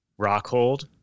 Rockhold